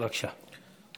בבקשה.